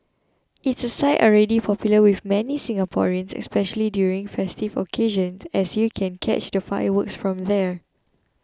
it's a site already popular with many Singaporeans especially during festive occasions as you can catch the fireworks from there